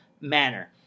manner